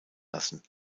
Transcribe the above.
lassen